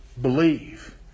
Believe